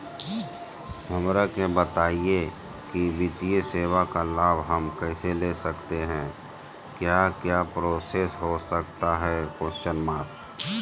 हमरा के बताइए की वित्तीय सेवा का लाभ हम कैसे ले सकते हैं क्या क्या प्रोसेस हो सकता है?